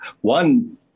one